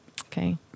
Okay